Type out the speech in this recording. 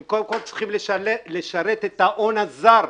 הן, קודם כול, צריכות לשרת את ההון הזר,